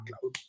cloud